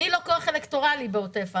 אני לא כוח אלקטורלי בעוטף עזה.